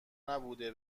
نبوده